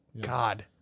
God